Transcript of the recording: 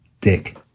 dick